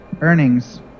Earnings